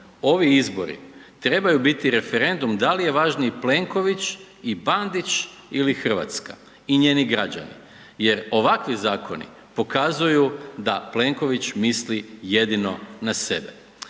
Ovi izbori trebaju biti referendum da li je važniji Plenković i Bandić ili Hrvatska. I njeni građani. Jer ovakvi zakoni pokazuju da Plenković misli jedino na sebe.